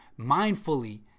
mindfully